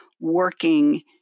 working